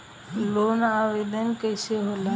Loan आवेदन कैसे होला?